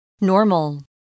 Normal